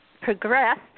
progressed